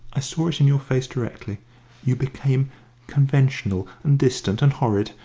i saw it in your face directly you became conventional and distant and horrid,